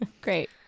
great